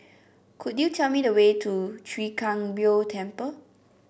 could you tell me the way to Chwee Kang Beo Temple